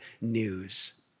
news